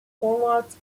forwards